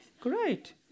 great